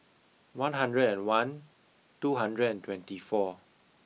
one hundred and one two hundred and twenty four